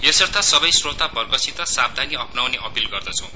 यसर्थ सबै श्रोतावर्गसित सावधानी अपनाउने अपील गर्दछौं